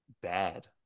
Bad